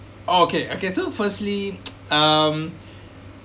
oh okay okay so firstly um